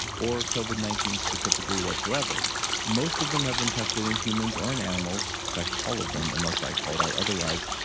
or covid nineteen specifically whatsoever most of them have been tested in humans or in animals. in fact, all of them, unless i call it out otherwise,